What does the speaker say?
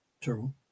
true